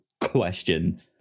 question